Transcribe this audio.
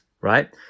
right